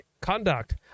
conduct